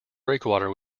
breakwater